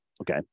Okay